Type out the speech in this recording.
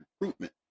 recruitment